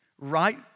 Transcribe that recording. Right